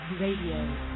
Radio